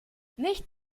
nicht